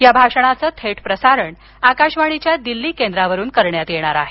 या भाषणाचं थेट प्रसारण आकाशवाणीच्या दिल्ली केंद्रावरुन करण्यात येणार आहे